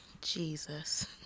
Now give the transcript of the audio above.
Jesus